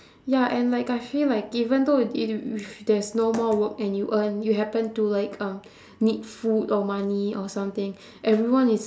ya and like I feel like even though if there's no more work and you earn you happened to like um need food or money or something everyone is